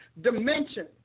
dimension